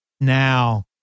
now